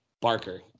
Barker